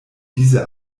diese